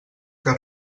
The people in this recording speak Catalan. que